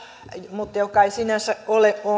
mutta joka ei sinänsä ole